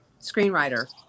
screenwriter